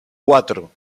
cuatro